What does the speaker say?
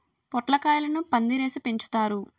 పొట్లకాయలను పందిరేసి పెంచుతారు